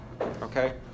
Okay